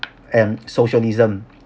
and socialism